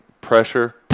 pressure